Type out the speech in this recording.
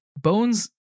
Bones